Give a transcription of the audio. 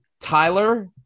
Tyler